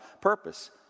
purpose